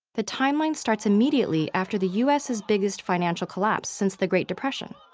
the timeline starts immediately after the u s s biggest financial collapse since the great depression.